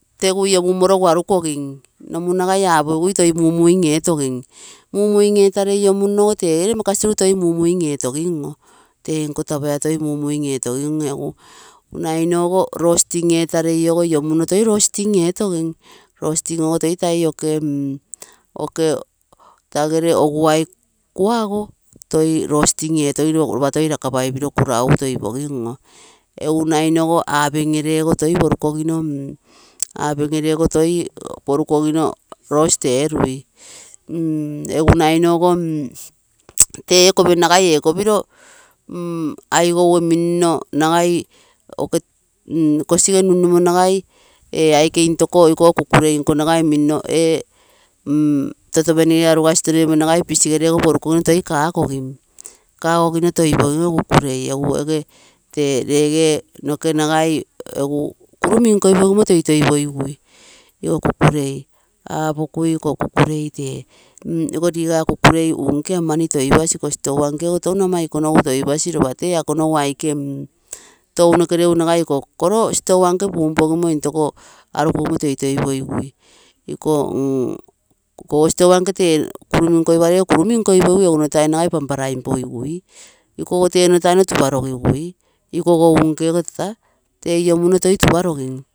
Tegu iomumorogu arukogim, nomu nagai apogigui toi mumuing etogim. Mumuing etarei iomunogo tegere makasilu toi mumuing etogin. Tee nkoo tapaia toi mumuing etogim egu nagai nno ogo roasting etarei inomuno noge toi roasting etogim. Roasting toi tai oke tagere oguai kuago toi roasting etogim ropa toi rakapai piro kurauga piro toipogim oo. Egu nai ogo happen gere ogo toi porukogino raost eurui. Egu nagai nno ogo tee ekopiro nagai ekopin aigouee minno nagai ei toi kosigee nun mumo nagai ee aike intokoo ikonko kukulei nkoo nagai minno, totopeni gere arugasi, nagai pisigere porukogino nagai kagogim, kagogino toipogim. Egu ege tei lege ege tee nagai eguu kuru minkoi pogigui toitoipogui iko kukulei apokui ikoo kukurei tee iko niga kakulei unke tee mani toi pasi nkosi store nkego touno ama mani toipasi ropa tee akonogu aike tounoke legu nagai iko kero store nkee pumpogimo intooko arukogimo toi toipogigui iko, nn ikoogo store nke tee kuruming koi parei ogo kuru min koipogigui. Egu nno tainoro nagai pan paraing pogigui, ikogo tee nno tainoro tuparogigui, ikopo unke tata tee io munnogo tapa logigui.